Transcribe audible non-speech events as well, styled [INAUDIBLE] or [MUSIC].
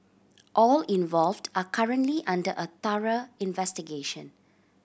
all involved are currently under a [UNINTELLIGIBLE] investigation